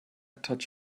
touch